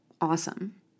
Awesome